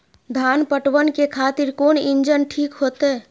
धान पटवन के खातिर कोन इंजन ठीक होते?